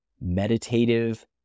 meditative